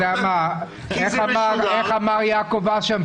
כפי שאמר יעקב אשר,